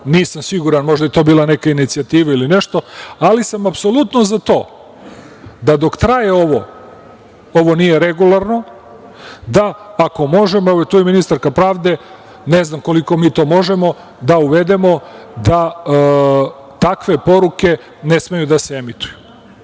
Nisam siguran, možda je to bila neka inicijativa ili nešto, ali sam apsolutno za to da dok traje ovo, ovo nije regularno, da ako možemo, evo tu je i ministarka pravde, ne znam koliko mi to možemo, da uvedemo da takve poruke ne smeju da se emituju.